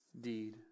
deed